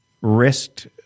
risked